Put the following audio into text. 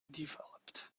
developed